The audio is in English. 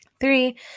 Three